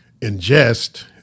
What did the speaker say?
ingest